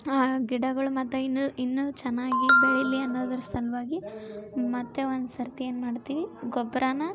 ಆ ಗಿಡಗಳು ಮತ್ತು ಇನ್ನೂ ಇನ್ನೂ ಚೆನ್ನಾಗಿ ಬೆಳೀಲಿ ಅನ್ನೋದರ ಸಲುವಾಗಿ ಮತ್ತು ಒಂದುಸರ್ತಿ ಏನು ಮಾಡ್ತೀವಿ ಗೊಬ್ಬರಾನ